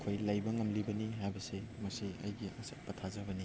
ꯑꯩꯈꯣꯏ ꯂꯩꯕ ꯉꯝꯂꯤꯕꯅꯤ ꯍꯥꯏꯕꯁꯤ ꯃꯁꯤ ꯑꯩꯒꯤ ꯑꯆꯦꯠꯄ ꯊꯥꯖꯕꯅꯤ